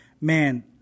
man